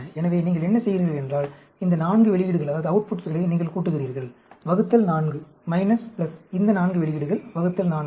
எனவே நீங்கள் என்ன செய்கிறீர்கள் என்றால் இந்த 4 வெளியீடுகளை நீங்கள் கூட்டுகிறீர்கள் ÷ 4 இந்த 4 வெளியீடுகள் ÷ 4